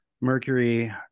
Mercury